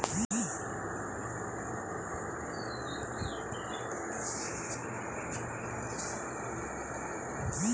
অনলাইনে কি কিস্তির টাকা পেমেন্ট করা যায়?